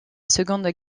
seconde